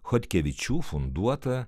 chodkevičių funduotą